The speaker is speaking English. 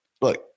look